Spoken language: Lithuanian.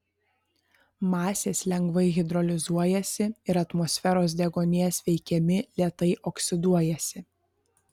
masės lengvai hidrolizuojasi ir atmosferos deguonies veikiami lėtai oksiduojasi